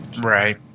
right